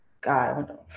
God